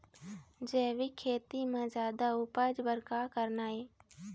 जैविक खेती म जादा उपज बर का करना ये?